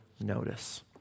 notice